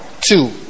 two